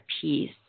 peace